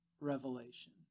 revelation